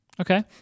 Okay